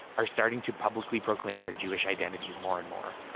are starting to publicly proclaim their jewish identities more and more.